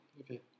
Okay